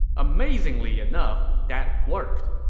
amazingly enough, that worked.